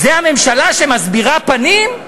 זה הממשלה שמסבירה פנים?